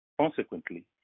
Consequently